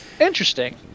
Interesting